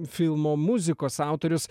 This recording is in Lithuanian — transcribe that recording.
filmo muzikos autorius